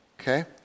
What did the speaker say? Okay